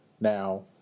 Now